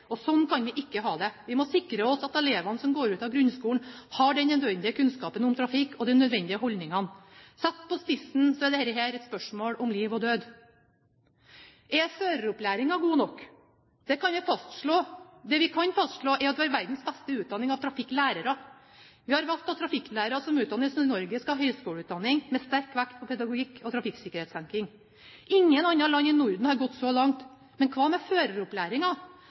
lærer. Sånn kan vi ikke ha det! Vi må sikre oss at elevene som går ut av grunnskolen, har den nødvendige kunnskap om trafikk og de nødvendige holdninger. Satt på spissen er dette et spørsmål om liv og død. Er føreropplæringen god nok? Det vi kan fastslå, er at vi har verdens beste utdanning av trafikklærere. Vi har valgt at trafikklærere som utdannes i Norge, skal ha høgskoleutdanning, med sterk vekt på pedagogikk og trafikksikkerhetstenkning. Ingen andre land i Norden har gått så langt. Men hva med